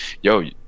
yo